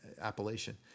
appellation